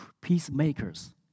Peacemakers